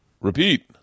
repeat